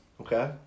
Okay